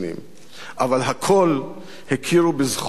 אבל הכול הכירו בזכותו המלאה